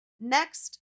Next